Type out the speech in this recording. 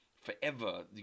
forever